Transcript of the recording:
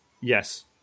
Yes